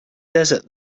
desert